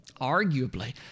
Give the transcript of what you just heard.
Arguably